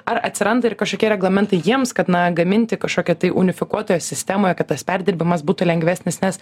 ar atsiranda ir kažkokie reglamentai jiems kad na gaminti kažkokioj tai unifikuotoje sistemoje kad tas perdirbimas būtų lengvesnis nes